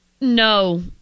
No